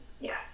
Yes